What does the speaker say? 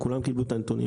כולם קיבלו את הנתונים.